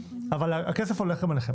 אבל הכסף הולך אליכם.